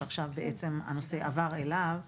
שהנושא עבר אליו עכשיו.